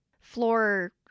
floor